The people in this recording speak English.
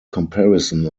comparison